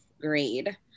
grade